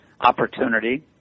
opportunity